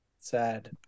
sad